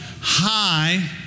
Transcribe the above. high